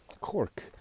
cork